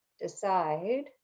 decide